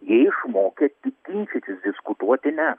jie išmokę tik ginčytis diskutuoti ne